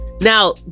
now